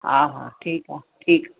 हा हा ठीकु आहे ठीकु